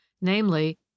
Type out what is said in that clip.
namely